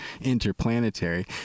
interplanetary